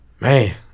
Man